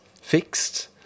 fixed